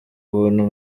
buntu